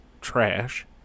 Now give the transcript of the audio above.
trash